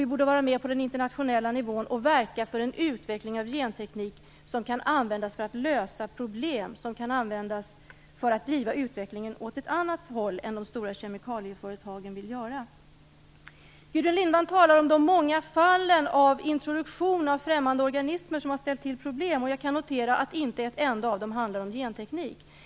Vi borde vara med på den internationella nivån och verka för en utveckling av genteknik som kan användas för att lösa problem, som kan användas för att driva utvecklingen åt ett annat håll än de stora kemikalieföretagen vill göra. Gudrun Lindvall talar om de många fallen av introduktion av främmande organismer som har ställt till problem. Jag kan notera att inte ett enda av dem handlar om genteknik.